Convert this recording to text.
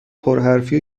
پرحرفی